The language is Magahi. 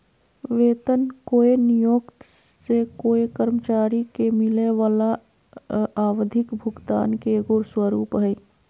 वेतन कोय नियोक्त से कोय कर्मचारी के मिलय वला आवधिक भुगतान के एगो स्वरूप हइ